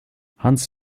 hans